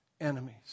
enemies